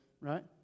Right